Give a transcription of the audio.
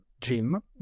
gym